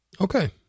Okay